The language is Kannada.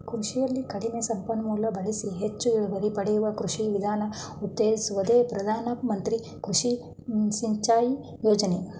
ಕೃಷಿಲಿ ಕಡಿಮೆ ಸಂಪನ್ಮೂಲ ಬಳಸಿ ಹೆಚ್ ಇಳುವರಿ ಪಡೆಯುವ ಕೃಷಿ ವಿಧಾನ ಉತ್ತೇಜಿಸೋದೆ ಪ್ರಧಾನ ಮಂತ್ರಿ ಕೃಷಿ ಸಿಂಚಾಯಿ ಯೋಜನೆ